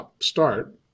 start